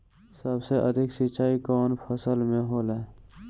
सबसे अधिक सिंचाई कवन फसल में होला?